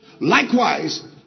Likewise